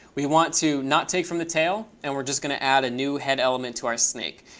we want to not take from the tail. and we're just going to add a new head element to our snake.